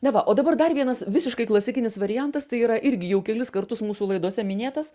na va o dabar dar vienas visiškai klasikinis variantas tai yra irgi jau kelis kartus mūsų laidose minėtas